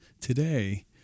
Today